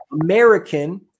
American